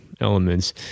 elements